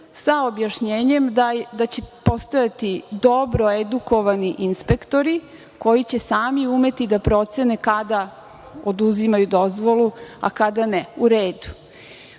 sa objašnjenjem da će postojati dobro edukovani inspektori koji će sami umeti da procene kada oduzimaju dozvolu, a kada ne. U redu.